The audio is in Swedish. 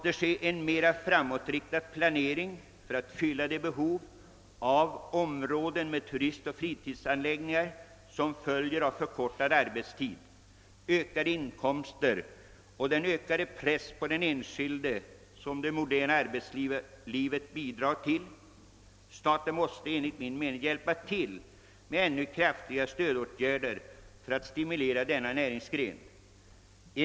En mer framåtriktad planering måste göras för att fylla det behov av områden med fritidsanläggningar som följer med förkortad arbetstid, ökade inkomster och den ökade press på den enskilde som det moderna arbetslivet för med sig. Staten måste enligt min mening hjälpa till genom att vidta ännu kraftigare stödåtgärder för att stimulera denna näringsgren.